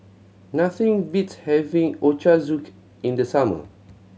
nothing beats having Ochazuke in the summer